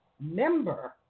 member